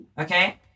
Okay